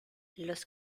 los